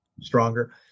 stronger